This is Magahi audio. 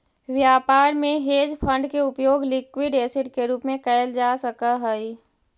व्यापार में हेज फंड के उपयोग लिक्विड एसिड के रूप में कैल जा सक हई